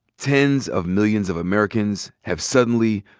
tens of millions of americans have suddenly,